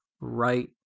right